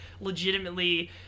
legitimately